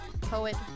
poet